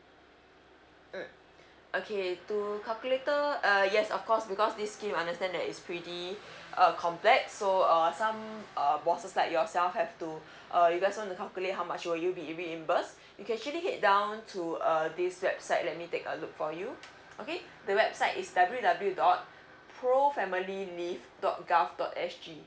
mm okay to calculator uh yes of course because this scheme understand that is pretty uh complex so uh bosses like yourself have to uh you guys on the calculate how much will you be reimbursed you can actually head down to uh this website let me take a look for you okay the website is w w dot pro family live dot G_O_V dot S_G